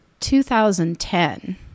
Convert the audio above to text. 2010